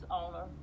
owner